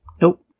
Nope